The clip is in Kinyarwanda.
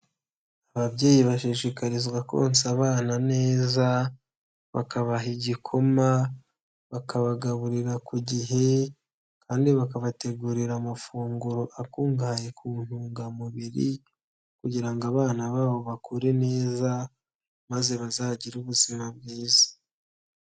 Ababyeyi bashishikarizwa konsa abana neza, bakabaha igikoma, bakabagaburira ku gihe kandi bakabategurira amafunguro akungahaye ku ntungamubiri kugira ngo abana babo bakure neza, maze bazagire ubuzima bwiza.